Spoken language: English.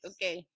Okay